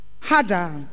harder